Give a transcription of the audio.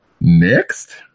Next